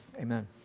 Amen